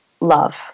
love